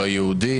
"לא יהודים",